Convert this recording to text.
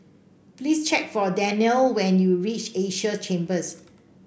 please check for Danyel when you reach Asia Chambers